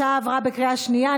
בקריאה שנייה.